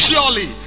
Surely